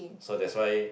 so that's why